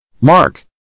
Mark